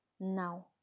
Now